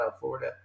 florida